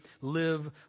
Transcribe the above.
live